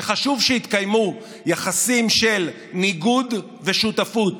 שחשוב שיתקיימו יחסים של ניגוד ושותפות,